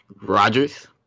Rogers